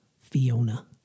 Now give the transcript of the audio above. Fiona